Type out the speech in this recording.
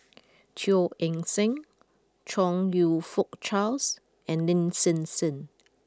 Teo Eng Seng Chong you Fook Charles and Lin Hsin Hsin